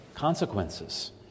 Consequences